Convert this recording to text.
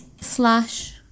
slash